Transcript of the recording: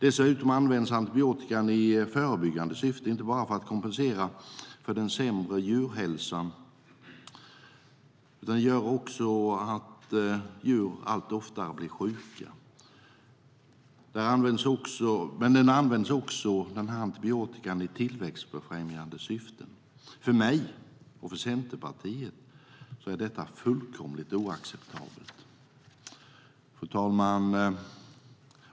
Dessutom används antibiotika i förebyggande syfte, inte bara för att kompensera för sämre djurhälsa, som gör att djur allt oftare blir sjuka, utan också i tillväxtfrämjande syfte. För mig och för Centerpartiet är det fullkomligt oacceptabelt. Fru talman!